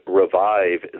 revive